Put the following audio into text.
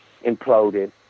imploded